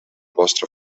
vostre